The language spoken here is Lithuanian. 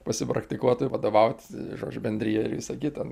pasipraktikuotų vadovaut žodžiu bendrijai ir visa kita